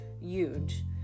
huge